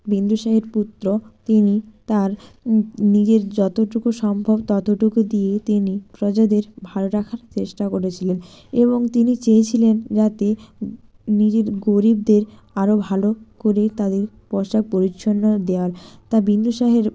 বিন্দুসারের পুত্র তিনি তার নিজের যতটুকু সম্ভব ততটুকু দিয়ে তিনি প্রজাদের ভালো রাখার চেষ্টা করেছিলেন এবং তিনি চেয়েছিলেন যাতে নিজের গরীবদের আরও ভালো করে তাদের পোশাক পরিচ্ছন্ন দেওয়ার তা বিন্দুসারের